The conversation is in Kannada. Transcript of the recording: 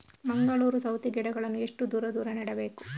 ಮಂಗಳೂರು ಸೌತೆ ಗಿಡಗಳನ್ನು ಎಷ್ಟು ದೂರ ದೂರ ನೆಡಬೇಕು?